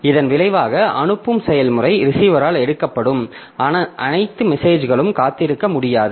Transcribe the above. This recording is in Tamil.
இதன் விளைவாக அனுப்பும் செயல்முறை ரிசீவரால் எடுக்கப்படும் அனைத்து மெசேஜ்களுக்கும் காத்திருக்க முடியாது